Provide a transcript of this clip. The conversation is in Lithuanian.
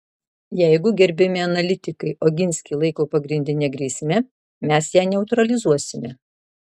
jeigu gerbiami analitikai oginskį laiko pagrindine grėsme mes ją neutralizuosime